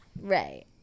Right